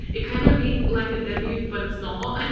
it kind of read like a debut, but it's not.